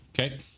Okay